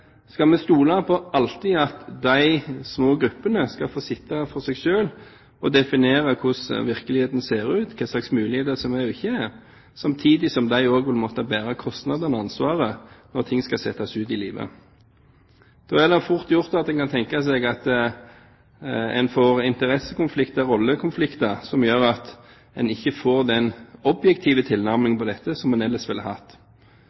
Skal de små gruppene få sitte for seg selv og definere hvordan virkeligheten ser ut, og hva slags muligheter som er der og ikke er der, samtidig som de også vil måtte bære kostnadene og ansvaret når ting skal settes ut i livet? Det er fort gjort å tenke seg at en da får interessekonflikter, rollekonflikter, som gjør at en ikke får den objektive tilnærmingen til dette som en ellers ville hatt,